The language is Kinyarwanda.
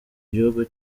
gihugu